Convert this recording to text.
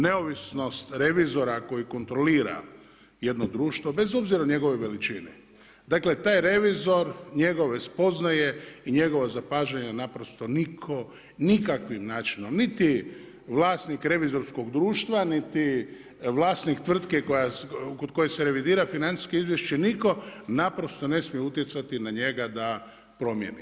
Neovisnost revizora koji kontrolira jedno društvo bez obzira o njegovoj veličini, dakle taj revizor i njegove spoznaje i njegova zapažanja naprosto niko nikakvim načinom niti vlasnik revizorskog društva niti vlasnik tvrtke kod koje se revidira financijsko izvješće, niko naprosto ne smije utjecati na njega da promjeni.